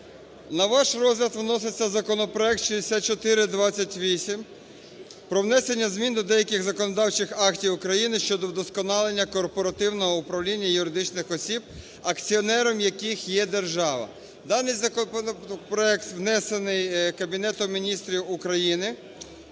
На ваш розгляд виноситься законопроект 6428 – про внесення змін до деяких законодавчих актів України щодо вдосконалення корпоративного управління юридичних осіб, акціонером яких є держава. Даний законопроект внесений Кабінетом Міністрів України.